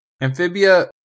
Amphibia